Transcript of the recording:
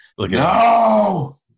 No